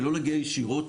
ולא להגיע ישירות,